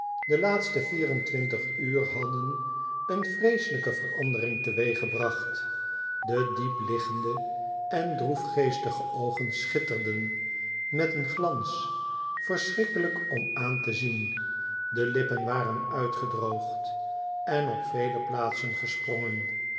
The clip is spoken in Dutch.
de laatste vieren twintig uur hadden een vreeselijke verandering teweeggebracht de diepliggende en droefgeestige oogen schitterden met een glans verschrikkelijk om aan te zien de lippen waren uitgedroogd en op vele plaatsen gesprongen